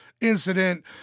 incident